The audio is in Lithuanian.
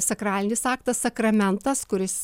sakralinis aktas sakramentas kuris